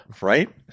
Right